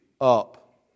up